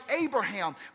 Abraham